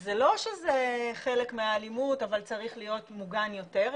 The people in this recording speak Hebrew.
זה לא שזה חלק מהאלימות אבל צריך להיות מוגן יותר,